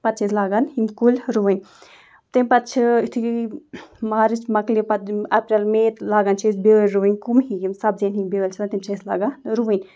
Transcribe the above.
پتہٕ چھِ أسۍ لاگان یِم کُلۍ رُوٕنۍ تَمہِ پتہٕ چھِ یُتھٕے مارٕچ مَکلہِ پَتہٕ یِم اپریل مے لاگان چھِ أسۍ بیٛٲلۍ رُوٕنۍ کُم ہی یِم سبزِیَن ہِنٛدۍ بیٛٲلۍ چھِ آسان تِم چھِ أسۍ لاگان رُوٕنۍ